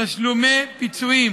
תמכתי בוועדה,